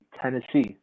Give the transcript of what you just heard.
Tennessee